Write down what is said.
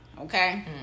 okay